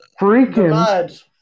freaking